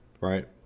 right